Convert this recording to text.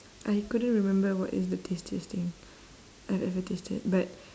I couldn't remember what is the tastiest thing I've ever tasted but